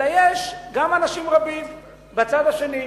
אלא יש גם אנשים רבים בצד השני,